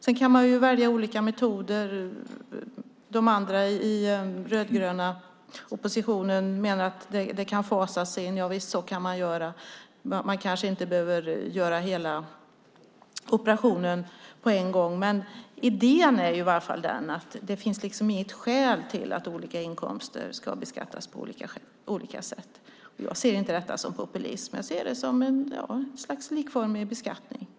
Man kan välja olika metoder. De andra i den rödgröna oppositionen menar att det kan fasas in. Javisst, så kan man göra. Man kanske inte behöver göra hela operationen på en gång. Men idén är den att det inte finns något skäl till att olika inkomster ska beskattas på olika sätt. Jag ser inte detta som populism. Jag ser det som ett slags likformig beskattning.